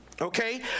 okay